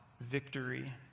victory